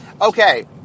Okay